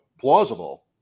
plausible